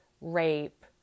rape